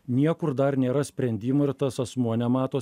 niekur dar nėra sprendimo ir tas asmuo nemato